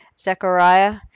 Zechariah